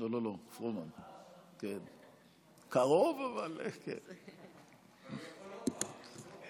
לא לא לא, פרומן, קרוב, אבל, הוא יכול עוד פעם.